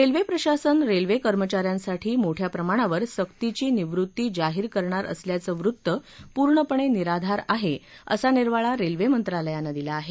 railway प्रशासन railway कर्मचा यांसाठी मोठ्या प्रमाणावर सक्तीची निवृत्ती जाहीर करणार असल्याचं वृत्त पूर्णपणे निराधार आहे असा निर्वाळा रेल्वे मंत्रालयानं दिला आहे